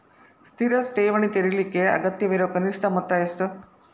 ಸ್ಥಿರ ಠೇವಣಿ ತೆರೇಲಿಕ್ಕೆ ಅಗತ್ಯವಿರೋ ಕನಿಷ್ಠ ಮೊತ್ತ ಎಷ್ಟು?